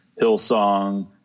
Hillsong